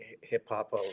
hip-hop